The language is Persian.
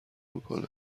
میکنه